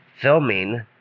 filming